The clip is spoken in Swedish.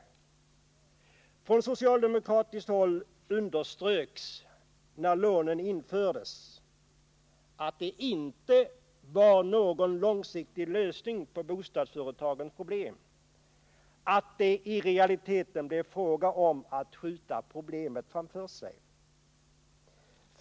På socialdemokratiskt håll underströks när lånen infördes att de inte var någon långsiktig lösning av bostadsföretagens problem, utan att det i realiteten blev fråga om att skjuta problemen framför sig.